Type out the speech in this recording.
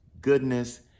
goodness